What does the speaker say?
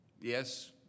Yes